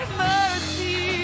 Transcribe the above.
mercy